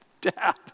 Dad